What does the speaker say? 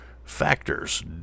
Factors